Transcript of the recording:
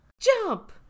jump